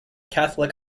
catholic